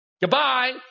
goodbye